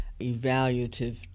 evaluative